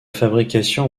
fabrication